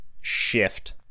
shift